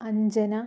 Anjana